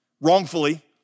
wrongfully